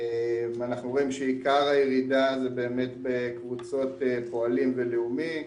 ואנחנו רואים שעיקר הירידה זה באמת בקבוצות פועלים ולאומי,